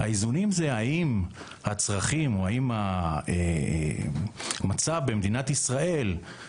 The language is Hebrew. האיזונים זה האם הצרכים או האם המצע במדינת ישראל,